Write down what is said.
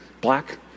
Black